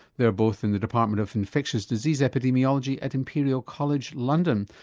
they're both in the department of infectious disease epidemiology at imperial college, london.